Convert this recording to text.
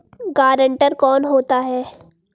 Guarantor कौन होता है?